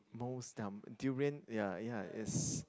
most num durian ya ya is